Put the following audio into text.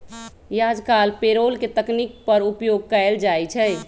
याजकाल पेरोल के तकनीक पर उपयोग कएल जाइ छइ